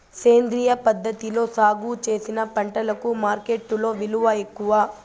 సేంద్రియ పద్ధతిలో సాగు చేసిన పంటలకు మార్కెట్టులో విలువ ఎక్కువ